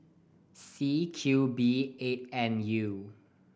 C Q B eight N U